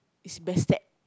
is respect